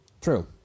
True